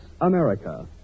America